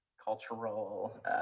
cultural